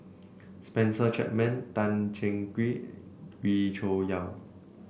Spencer Chapman Tan Cheng Kee Wee Cho Yaw